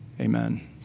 Amen